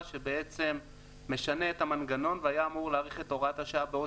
שבעצם משנה את המנגנון והיה אמור להאריך את הוראת השעה בעוד